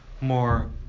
more